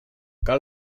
cal